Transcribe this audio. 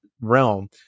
realm